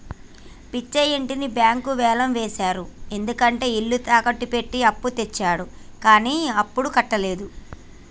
పిచ్చయ్య ఇంటిని బ్యాంకులు వేలం వేశారు ఎందుకంటే ఇల్లు తాకట్టు పెట్టి అప్పు తెచ్చిండు కానీ అప్పుడు కట్టలేదు